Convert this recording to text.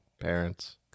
parents